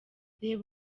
reba